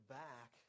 back